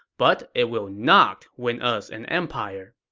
but it will not win us an empire.